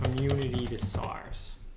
the the sars